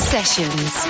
Sessions